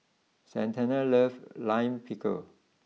Santana loves Lime Pickle